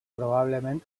probablement